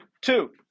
two